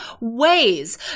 ways